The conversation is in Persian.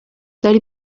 داری